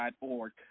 org